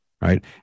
Right